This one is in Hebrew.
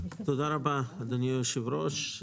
תודה רבה, אדוני היושב-ראש.